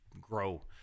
grow